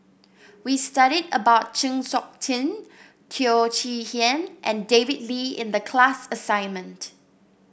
we studied about Chng Seok Tin Teo Chee Hean and David Lee in the class assignment